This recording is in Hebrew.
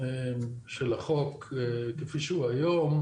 של החוק כפי שהוא היום,